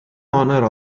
honour